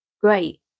great